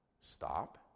Stop